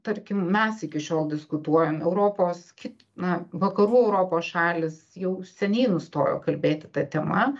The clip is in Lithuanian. tarkim mes iki šiol diskutuojam europos kit na vakarų europos šalys jau seniai nustojo kalbėti ta tema